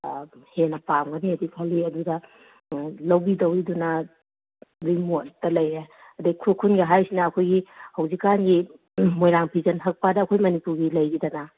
ꯍꯦꯟꯅ ꯄꯥꯝꯒꯅꯦꯗꯤ ꯈꯜꯂꯤ ꯑꯗꯨꯗ ꯂꯧꯕꯤꯗꯧꯔꯤꯗꯨꯅ ꯑꯗꯨꯒꯤ ꯃꯣꯠꯇ ꯂꯩꯔꯦ ꯑꯗꯒꯤ ꯈꯨꯔꯈꯨꯜꯒꯤ ꯍꯥꯏꯔꯤꯁꯤꯅ ꯑꯩꯈꯣꯏꯒꯤ ꯍꯧꯖꯤꯛꯀꯥꯟꯒꯤ ꯃꯣꯏꯔꯥꯡ ꯐꯤꯖꯟ ꯍꯛꯄꯗ ꯑꯩꯈꯣꯏ ꯃꯅꯤꯄꯨꯔꯒꯤ ꯂꯩꯔꯤꯗꯅ